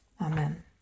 Amen